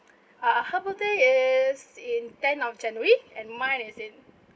uh her birthday is in ten of january and mine is in